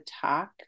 talk